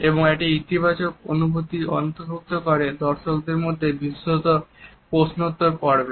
এবং একটি ইতিবাচক অনুভূতিও অন্তর্ভুক্ত করে দর্শকদের মধ্যে বিশেষত প্রশ্নোত্তর পর্বে